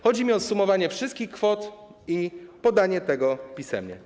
Chodzi mi o zsumowanie wszystkich kwot i podanie tego pisemnie.